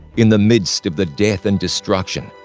in the midst of the death and destruction,